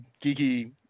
geeky